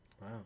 wow